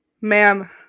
ma'am